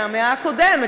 מהמאה הקודמת,